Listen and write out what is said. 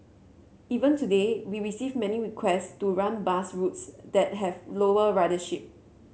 even today we receive many request to run bus routes that have lower ridership